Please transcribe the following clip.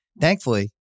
Thankfully